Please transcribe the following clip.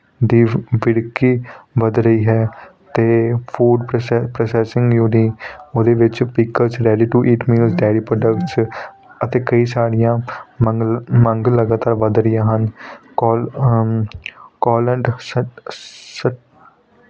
ਦੀ ਵਿਕਰੀ ਵੱਧ ਰਹੀ ਹੈ ਅਤੇ ਫੂਡ ਪ੍ਰੋਸੈ ਪ੍ਰੋਸੈਸਿੰਗ ਉਹਦੀ ਉਹਦੇ ਵਿੱਚ ਪੀਕਲ 'ਚ ready to eat meals dairy products ਅਤੇ ਕਈ ਸਾਰੀਆਂ ਮੰਗ ਲਾ ਮੰਗ ਲਗਾਤਾਰ ਵੱਧ ਰਹੀਆਂ ਹਨ ਕਾਲ ਕਾਲੰਟ ਸ਼